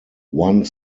one